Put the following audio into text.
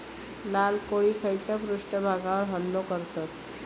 लाल कोळी खैच्या पृष्ठभागावर हल्लो करतत?